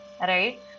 right